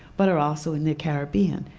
but are also in the caribbean.